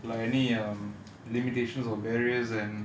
like any um limitations or barriers and